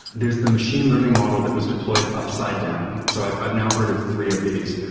there is the machine learning model that was deployed upside down. so i've i've now heard of three of these.